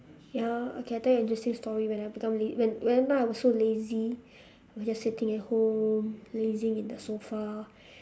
ya okay I tell you an interesting story when I become lazy when when whenever I'm so lazy I was just sitting at home lazing in the sofa